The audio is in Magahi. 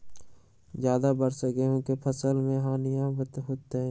ज्यादा वर्षा गेंहू के फसल मे हानियों होतेई?